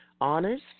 honors